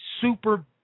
super